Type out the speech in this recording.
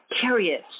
curious